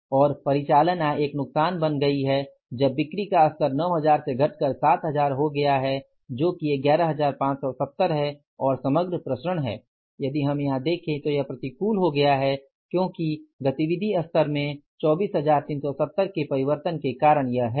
और परिचालन आय एक नुकसान बन गई है जब बिक्री का स्तर 9000 से घटकर 7000 हो गया है जो कि 11570 है और समग्र प्रसरण है यदि हम यहां देखें तो यह प्रतिकूल हो गया है क्योंकि गतिविधि स्तर में 24370 के परिवर्तन के कारण यह है